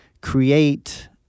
create